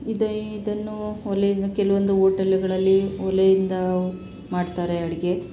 ಇದು ಇದನ್ನು ಒಲೆಯಿಂದ ಕೆಲವೊಂದು ಓಟೆಲ್ಲುಗಳಲ್ಲಿ ಒಲೆಯಿಂದ ಮಾಡ್ತಾರೆ ಅಡಿಗೆ